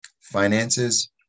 Finances